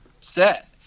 set